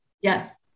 Yes